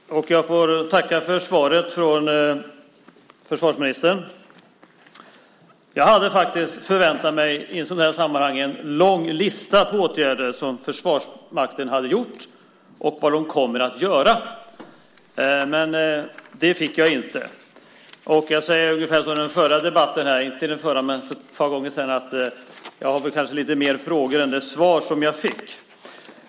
Herr talman! Jag får tacka för svaret från försvarsministern. Jag hade faktiskt i sådana här sammanhang förväntat mig en lång lista över åtgärder som Försvarsmakten vidtagit och över vad man kommer att göra. Men det fick jag inte. Jag säger ungefär som i en debatt här för ett par gånger sedan, nämligen att jag kanske har lite fler frågor än de svar jag fått.